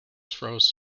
throws